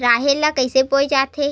राहेर ल कइसे बोय जाथे?